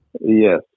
Yes